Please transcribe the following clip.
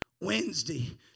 Wednesday